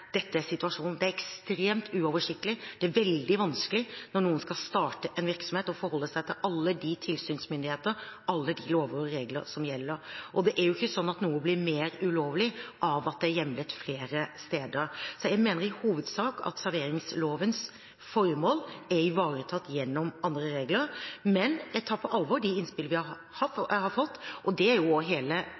dette er situasjonen. Det er ekstremt uoversiktlig. Når noen skal starte en virksomhet, er det veldig vanskelig å forholde seg til alle tilsynsmyndigheter, alle de lover og regler som gjelder. Det er jo ikke sånn at noe blir mer ulovlig av at det er hjemlet flere steder. Så jeg mener i hovedsak at serveringslovens formål er ivaretatt gjennom andre regler, men jeg tar på alvor de innspill jeg har fått. Poenget med en høringsrunde er